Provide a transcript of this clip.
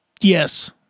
yes